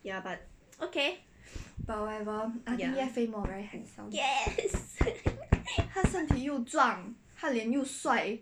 ya but okay yes